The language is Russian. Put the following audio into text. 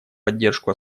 поддержку